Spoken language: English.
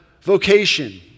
vocation